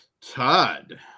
Todd